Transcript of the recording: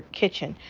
kitchen